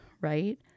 right